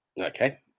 okay